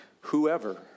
whoever